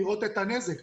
לראות את הנזק.